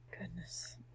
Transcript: goodness